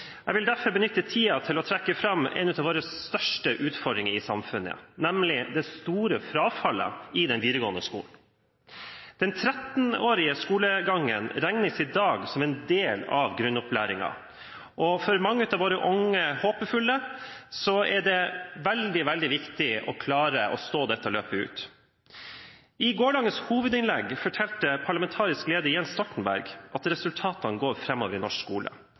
Jeg vil derfor benytte tiden til å trekke fram en av våre største utfordringer i samfunnet, nemlig det store frafallet i den videregående skolen. Den 13-årige skolegangen regnes i dag som en del av grunnopplæringen, og for mange av våre unge og håpefulle er det veldig viktig å klare å stå dette løpet ut. I gårsdagens hovedinnlegg fortalte parlamentarisk leder, Jens Stoltenberg, at resultatene går framover i norsk skole.